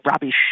rubbish